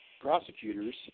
prosecutors